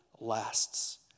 lasts